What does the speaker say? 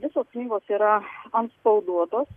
visos knygos yra antspauduotos